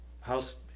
House